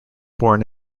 born